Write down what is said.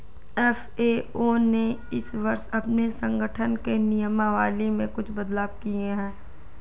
FAO ने इस वर्ष अपने संगठन के नियमावली में कुछ बदलाव किए हैं